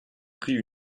pris